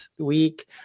week